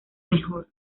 mejor